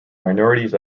minorities